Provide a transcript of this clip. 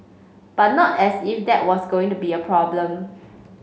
but not as if that was going to be a problem